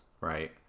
right